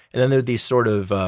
and then there are these sort of,